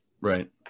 Right